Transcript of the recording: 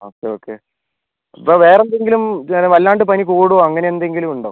okay okay ഇപ്പോ വേറെന്തെങ്കിലും വല്ലാണ്ട് പനി കൂടുവോ അങ്ങനെന്തെങ്കിലുണ്ടോ